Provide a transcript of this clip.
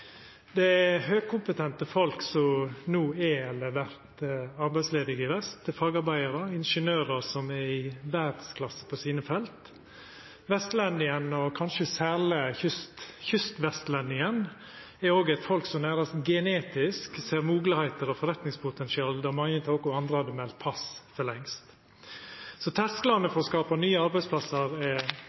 Det er høgkompetente folk som no er eller vert arbeidsledige i vest. Det er fagarbeidarar, ingeniørar, som er i verdsklasse på sine felt. Vestlendingen, og kanskje særleg kystvestlendingen, er òg eit folk som nærast genetisk ser moglegheiter og forretningspotensial der mange andre hadde meldt pass for lengst. Så tersklane for å skapa nye arbeidsplassar er